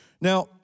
Now